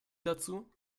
dazu